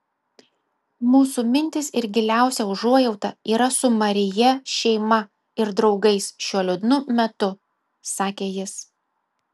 mūsų mintys ir giliausia užuojauta yra su maryje šeima ir draugais šiuo liūdnu metu sakė jis